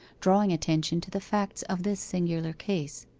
drawing attention to the facts of this singular case.